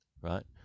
Right